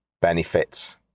benefits